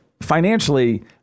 Financially